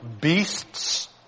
beasts